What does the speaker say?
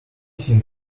seen